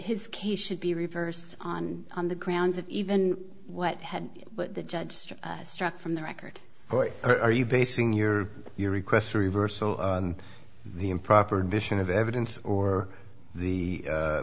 his case should be reversed on on the grounds of even what had the judge struck from the record what are you basing your your requests reverso on the improper addition of evidence or the